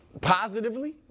Positively